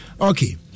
okay